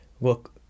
look